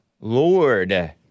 Lord